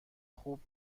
خوب